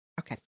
Okay